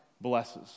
blesses